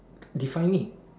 define me